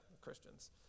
Christians